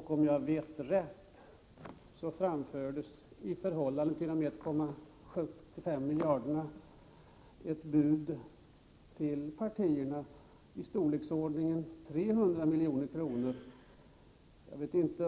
Såvitt jag vet framfördes i förhållande till de 1,75 miljarderna ett bud till partierna i storleksordningen 300 milj.kr. Jag vet inte